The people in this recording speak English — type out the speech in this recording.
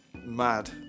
mad